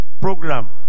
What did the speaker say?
program